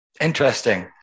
Interesting